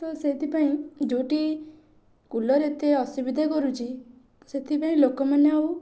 ତ ସେଇଥିପାଇଁ ଯେଉଁଠି କୁଲର୍ ଏତେ ଅସୁବିଧା କରୁଛି ସେଥିପାଇଁ ଲୋକମାନେ ଆଉ